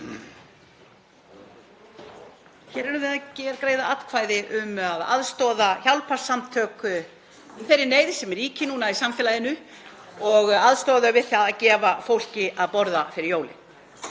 Hér erum við að greiða atkvæði um að aðstoða hjálparsamtök í þeirri neyð sem ríkir núna í samfélaginu og aðstoða þau við það að gefa fólki að borða fyrir jólin.